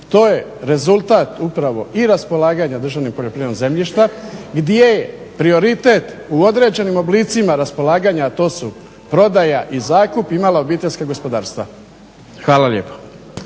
To je rezultat upravo i raspolaganjem državnim poljoprivrednim zemljištem gdje je prioritet u određenim oblicima raspolaganja, a to su prodaja i zakup, imala obiteljska gospodarstva. Hvala lijepo.